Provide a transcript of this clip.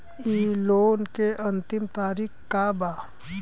इ लोन के अन्तिम तारीख का बा?